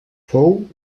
fou